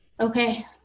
okay